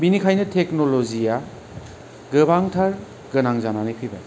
बेनिखायनो टेक्न'ल'जिआ गोबांथार गोनां जानानै फैबाय